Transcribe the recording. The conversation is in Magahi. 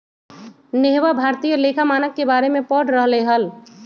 नेहवा भारतीय लेखा मानक के बारे में पढ़ रहले हल